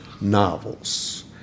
novels